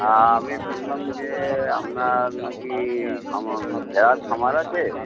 হ্যাঁ আমি শুনলাম যে আপনার নাকি খামা ভেড়ার খামার আছে